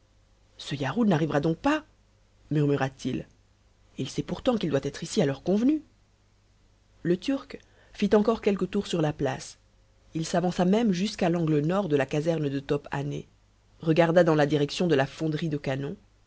ce yarhud n'arrivera donc pas murmurat il il sait pourtant qu'il doit être ici à l'heure convenue le turc fit encore quelques tours sur la place il s'avança même jusqu'à l'angle nord de la caserne de top hané regarda dans la direction de la fonderie de canons